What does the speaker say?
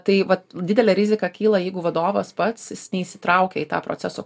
tai vat didelė rizika kyla jeigu vadovas pats neįsitraukia į tą proceso